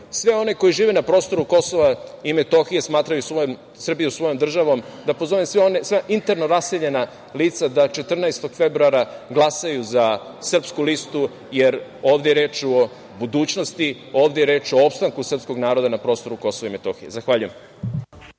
sve one koji žive na prostoru Kosova i Metohije, smatraju Srbiju svojom državom, da pozovem sva ona interno raseljena lica da 14. februara glasaju za Srpsku listu, jer ovde je reč o budućnosti, ovde je reč o opstanku srpskog naroda na prostoru Kosova i Metohije. Zahvaljujem.